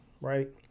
right